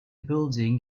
building